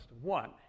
one